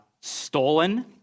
stolen